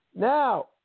Now